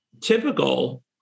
typical